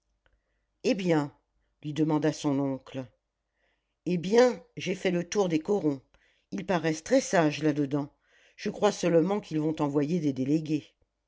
eh bien lui demanda son oncle eh bien j'ai fait le tour des corons ils paraissent très sages là-dedans je crois seulement qu'ils vont t'envoyer des délégués